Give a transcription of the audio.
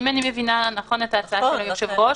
אם אני מבינה נכון את ההצעה של היושב-ראש,